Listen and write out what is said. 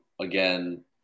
Again